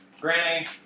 Granny